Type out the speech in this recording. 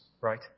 right